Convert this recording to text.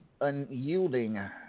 Unyielding